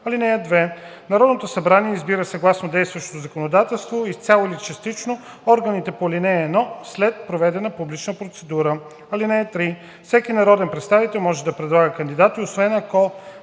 сесия. (2) Народното събрание избира съгласно действащото законодателство изцяло или частично органите по ал. 1 след проведена публична процедура. (3) Всеки народен представител може да предлага кандидати, освен ако